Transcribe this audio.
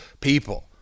people